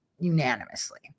unanimously